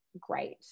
great